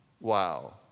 Wow